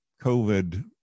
COVID